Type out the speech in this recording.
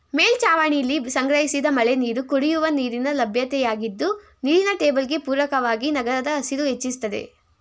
ಮೇಲ್ಛಾವಣಿಲಿ ಸಂಗ್ರಹಿಸಿದ ಮಳೆನೀರು ಕುಡಿಯುವ ನೀರಿನ ಲಭ್ಯತೆಯಾಗಿದ್ದು ನೀರಿನ ಟೇಬಲ್ಗೆ ಪೂರಕವಾಗಿ ನಗರದ ಹಸಿರು ಹೆಚ್ಚಿಸ್ತದೆ